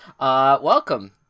Welcome